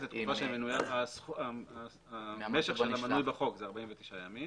זו תקופה שהמשך שלה מנוי בחוק, זה 49 ימים.